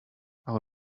our